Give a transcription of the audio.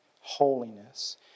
holiness